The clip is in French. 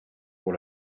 pour